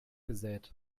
gesät